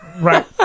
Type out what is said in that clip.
Right